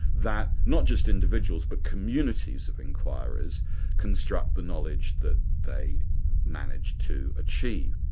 that not just individuals but communities of enquiries construct the knowledge that they manage to achieve.